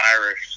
Irish